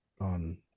on